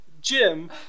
Jim